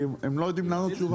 כי הם לא יודעים לענות תשובה.